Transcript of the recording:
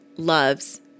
Loves